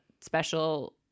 special